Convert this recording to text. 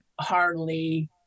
hardly